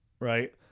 right